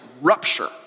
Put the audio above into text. rupture